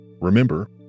Remember